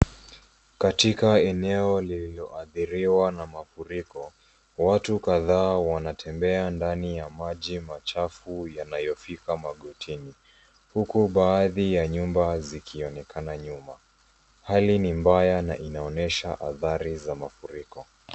Katika eneo lililoadhiriwa na mafuriko watu kadhaa wanatembea ndani ya maji machafu yanayofika magotini. Huku baadhi ya nyumba zikionekana nyuma, hali ni mbaya na inaonyesha athari za mafuriko.